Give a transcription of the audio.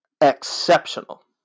exceptional